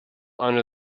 under